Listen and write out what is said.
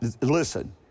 listen